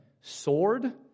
sword